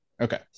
okay